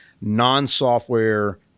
non-software